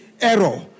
error